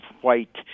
white